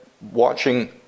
watching